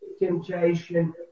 temptation